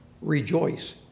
rejoice